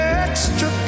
extra